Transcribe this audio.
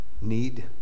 need